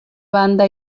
banda